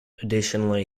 additionally